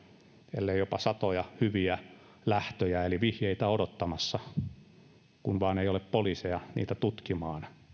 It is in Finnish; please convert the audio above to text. ellei jopa satoja hyviä lähtöjä eli vihjeitä odottamassa mutta ei vain ole poliiseja niitä tutkimaan